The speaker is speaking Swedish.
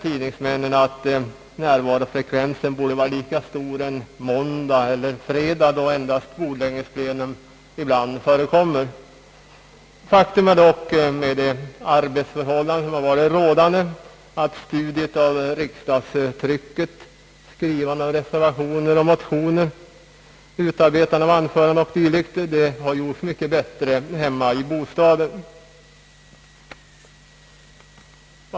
Tidningsmännen anser som bekant att närvarofrekvensen borde vara lika stor en måndag eller fredag då bordläggningsplenum ibland förekommer. Faktum är dock, med de arbetsförhållanden, som varit rådande, att studiet av riksdagstrycket, skrivandet av reservationer och motioner samt utarbetandet av anföranden och dylikt gjorts mycket bättre hemma i bostaden.